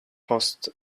post